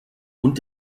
und